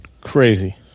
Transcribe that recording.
Crazy